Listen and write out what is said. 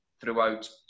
throughout